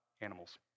animals